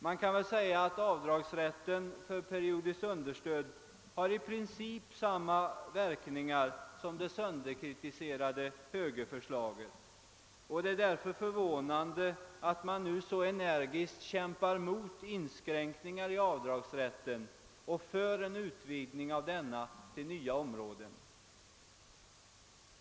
Man kan väl säga att avdragsrätten för periodiskt understöd i princip har samma verkningar som det sönderkritiserade högerförslaget. Det är därför förvånande att man nu så energiskt kämpar mot inskränkningar i avdragsrätten och för en utvidgning av denna till nya områden.